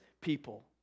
people